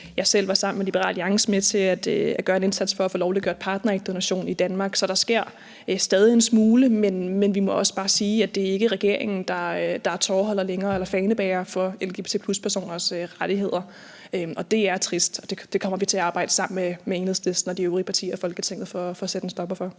var selv sammen med Liberal Alliance med til at gøre en indsats for at få lovliggjort partnerægdonation i Danmark, så der sker stadig en smule, men vi må også bare sige, at det ikke længere er regeringen, der er tovholder på det eller fanebærer for lgbt+-personers rettigheder. Det er trist, og det kommer vi til at arbejde sammen med Enhedslisten og de øvrige partier i Folketinget om at få sat en stopper for.